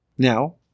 Now